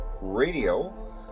radio